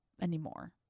anymore